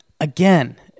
Again